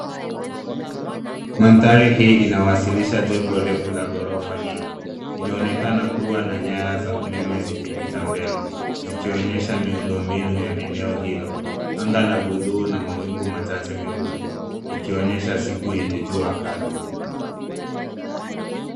Maandhari hii inawasilisha jengo refu la ghorofa nyingi. Linaonekana kuwa na nyaya za umeme zikipita mbele, zikionyesha miundombinu ya eneo hilo. Anga la buluu na mawingu machache meupe, likionyesha siku yenye jua kali.